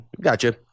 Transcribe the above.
Gotcha